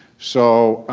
so,